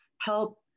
help